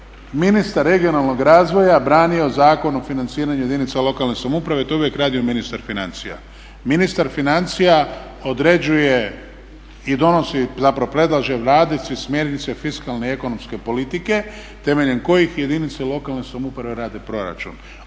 ministar regionalnog razvoja branio Zakon o financiranju jedinica lokalne samouprave, to je uvijek radio Ministar financija. Ministar financija određuje i donosi, zapravo predlaže Vladi smjernice fiskalne i ekonomske politike temeljem kojih jedinice lokalne samouprave rade proračun.